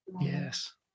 Yes